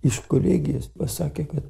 iš kolegijos pasakė kad